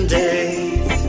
days